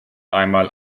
einmal